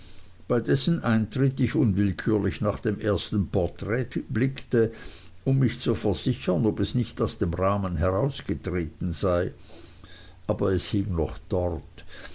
dessen eintritt ich unwillkürlich nach dem ersten porträt blickte um mich zu versichern ob es nicht aus dem rahmen herausgetreten sei aber es hing noch dort